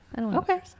Okay